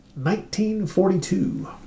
1942